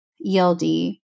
ELD